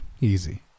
Easy